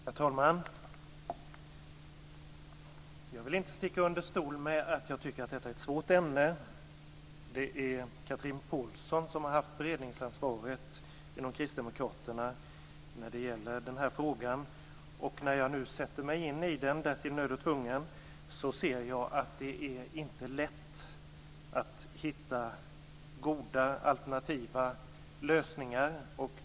Herr talman! Jag vill inte sticka under stol med att jag tycker att detta är ett svårt ämne. Det är Chatrine Pålsson som i Kristdemokraterna har haft beredningsansvaret i den här frågan, och när jag nu sätter mig in i den, därtill nödd och tvungen, ser jag att det inte är lätt att hitta goda alternativa lösningar.